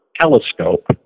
telescope